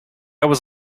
was